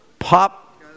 Pop